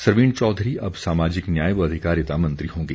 सरवीण चौधरी अब सामाजिक न्याय व अधिकारिता मंत्री होंगी